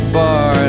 bar